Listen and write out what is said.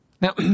Now